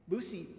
Lucy